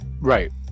Right